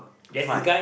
fun